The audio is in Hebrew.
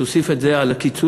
תוסיף את זה על הקיצוץ